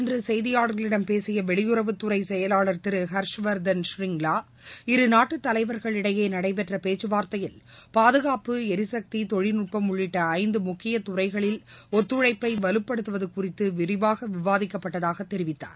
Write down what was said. இன்று செய்தியாளர்களிடம் பேசிய வெளியுறவுத்துறை செயலாளர் திரு ஹர்ஷ்வர்தன் ஷிரிங்லா இருநாட்டு தலைவர்களிடையே நடைபெற்ற பேச்சுவார்த்தையில் பாதுனப்பு எரிசக்தி தொழில்நுட்பம் உள்ளிட்ட ஐந்து முக்கிய துறைகளில் ஒத்துழழப்ப வலுப்படுத்துவது குறித்து விரிவாக விவாதிக்கப்பட்டதாக தெரிவித்தார்